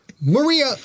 Maria